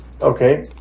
okay